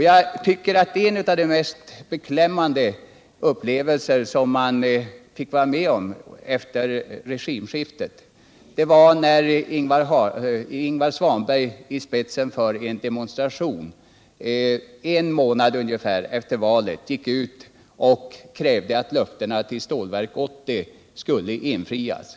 Jag tycker att en av de mest beklämmande upplevelser vi fick vara med om efter regimskiftet var när Ingvar Svanberg ungefär en månad efter valet gick ut i spetsen för en demonstration och krävde att löftena i samband med Stålverk 80 skulle infrias.